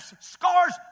Scar's